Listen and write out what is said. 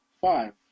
Five